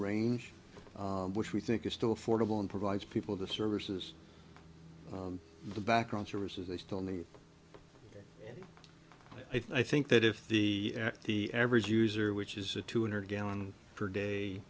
range which we think is still affordable and provides people the services in the background services they still need i think that if the the average user which is a two hundred gallon per day